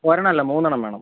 ഒരെണ്ണമല്ല മൂന്നെണ്ണം വേണം